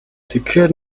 тэгэхээр